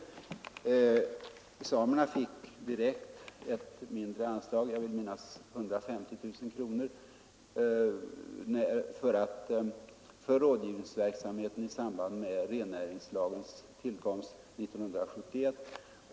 Samerna fick ett mindre anslag — jag vill minnas att det var 150 000 kronor för rådgivningsverksamheten i samband med rennäringslagens tillkomst år 1971.